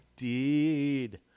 Indeed